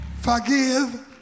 Forgive